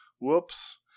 Whoops